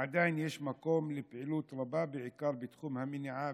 עדיין יש מקום לפעילות רבה, בעיקר בתחום המניעה